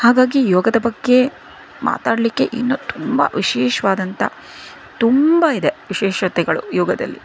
ಹಾಗಾಗಿ ಯೋಗದ ಬಗ್ಗೆ ಮಾತಾಡ್ಲಿಕ್ಕೆ ಇನ್ನೂ ತುಂಬ ವಿಶೇಷವಾದಂತ ತುಂಬ ಇದೆ ವಿಶೇಷತೆಗಳು ಯೋಗದಲ್ಲಿ